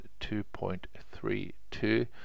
2.32